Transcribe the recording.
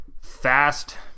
fast